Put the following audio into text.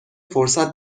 فرصت